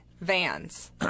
vans